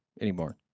anymore